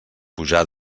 pujar